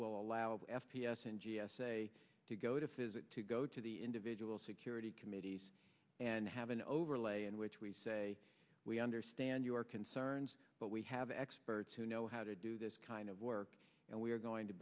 will allow f p s and g s a to go to physic to go to the individual security committee and have an overlay in which we say we understand your concerns but we have experts who know how to do this kind of work and we are going to